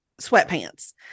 sweatpants